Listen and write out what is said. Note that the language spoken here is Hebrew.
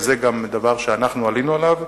וזה גם דבר שאנחנו עלינו עליו,